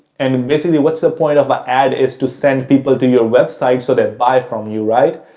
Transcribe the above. and basically, what's the point of ah ad is to send people to your website so they buy from you, right?